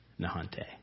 Nahante